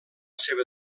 seva